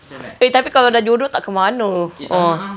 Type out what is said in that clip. eh tapi kalau jodoh tak ke mana